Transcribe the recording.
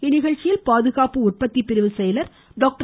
இந்நிகழ்ச்சியில் பாதுகாப்பு உற்பத்தி பிரிவு செயலர் டாக்டர்